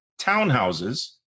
townhouses